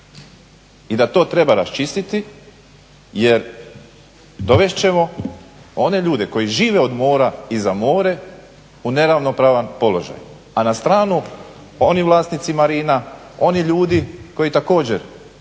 i da to treba raščistiti jer dovest ćemo one ljude koji žive od mora i za more u neravnopravan položaj. A na stranu oni vlasnici marina, oni ljudi koji također